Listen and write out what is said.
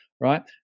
right